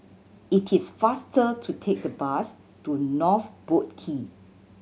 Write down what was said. it is faster to take the bus to North Boat Quay